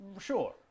sure